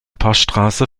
poststraße